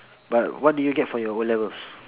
but what did you get for your O levels